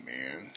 man